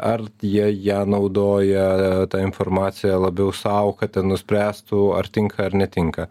ar jie ją naudoja ta informacija labiau sau kad ten nuspręstų ar tinka ar netinka